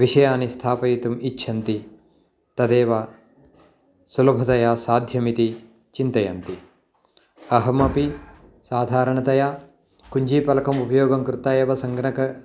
विषयान् स्थापयितुम् इच्छन्ति तदेव सुलभतया साध्यमिति चिन्तयन्ति अहमपि साधारणतया कुञ्जीफलकम् उपयोगङ्कृत्वा एव सङ्गणकं